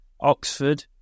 Oxford